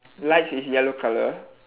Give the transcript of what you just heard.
lights is yellow colour